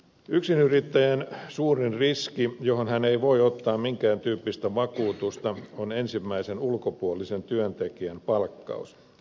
yksinyrittäjän suurin riski johon hän ei voi ottaa minkään tyyppistä vakuutusta on ensimmäisen ulkopuolisen työntekijän palkkaus